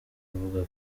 avuga